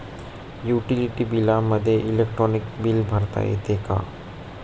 Utility बिलामध्ये electronic bill भरता येते का?